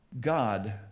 God